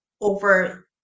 over